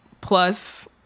plus